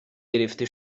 گرفته